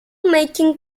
making